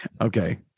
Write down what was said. Okay